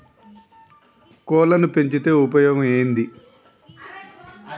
కోళ్లని పెంచితే ఉపయోగం ఏంది?